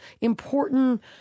important